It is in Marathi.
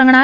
रंगणार